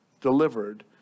delivered